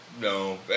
No